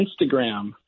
Instagram